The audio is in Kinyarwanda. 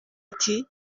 ati